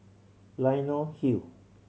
Leonie Hill